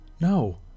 No